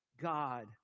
God